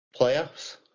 Playoffs